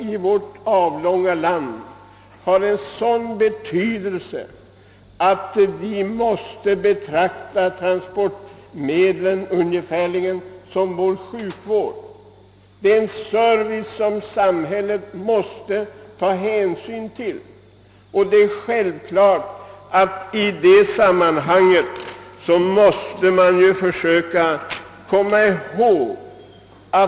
I vårt avlånga land är transporterna av sådan betydelse att vi måste se på transportmedlen på ungefär samma sätt som på sjukvården. Det är en service som samhället måste stå för.